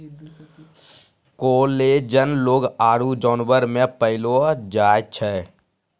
collagen लोग आरु जानवर मे पैलो जाय छै